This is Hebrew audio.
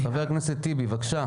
חבר הכנסת טיבי, בבקשה.